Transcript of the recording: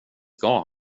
ska